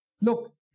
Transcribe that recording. Look